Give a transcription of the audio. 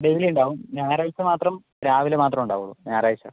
daily ഉണ്ടാവും ഞായറാഴ്ച്ച മാത്രം രാവിലെ മാത്രമെ ഉണ്ടാവുകയുള്ളൂ ഞായറാഴ്ച്ച